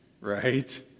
right